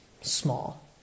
small